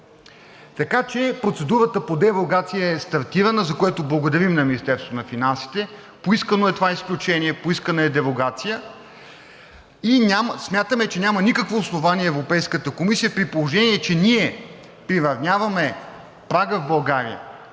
Така че процедурата по дерогация е стартирана, за което благодарим на Министерството на финансите. Поискано е това изключение, поискана е дерогация и смятаме, че няма никакво основание Европейската комисия, при положение че ние приравняваме прага в България